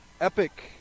Epic